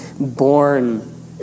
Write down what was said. born